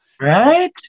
right